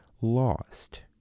lost